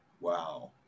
Wow